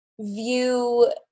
view